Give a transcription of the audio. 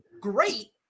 great